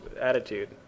attitude